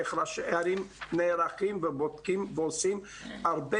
איך ראשי ערים נערכים ובודקים ועושים הרבה